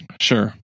Sure